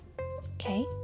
okay